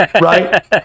Right